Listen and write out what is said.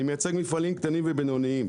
אני מייצג מפעלים קטנים ובינוניים,